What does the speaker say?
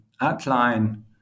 outline